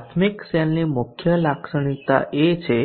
પ્રાથમિક સેલની મુખ્ય લાક્ષણિકતા એ છે